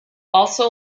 also